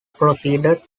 proceeded